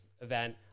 event